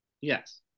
Yes